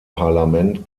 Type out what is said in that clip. parlament